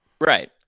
Right